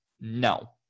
No